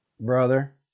brother